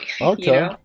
Okay